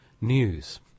News